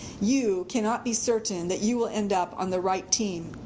you cannot be certain that you will end up on the right team.